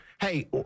Hey